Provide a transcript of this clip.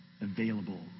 available